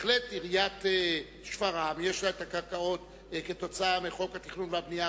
בהחלט עיריית שפרעם יש לה את הקרקעות כתוצאה מחוק התכנון והבנייה,